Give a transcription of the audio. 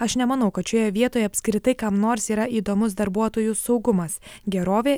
aš nemanau kad šioje vietoje apskritai kam nors yra įdomus darbuotojų saugumas gerovė